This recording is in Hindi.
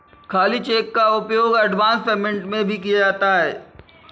खाली चेक का उपयोग एडवांस पेमेंट में भी किया जाता है